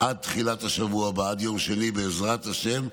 עד תחילת השבוע הבא, עד יום שני, בעזרת השם,